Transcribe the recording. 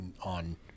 on